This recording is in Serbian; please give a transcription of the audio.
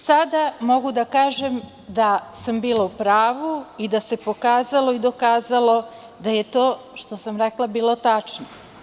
Sada mogu da kažem da sam bila u pravu i da se pokazalo i dokazalo da je to što sam rekla bilo tačno.